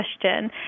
question